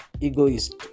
egoist